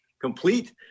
complete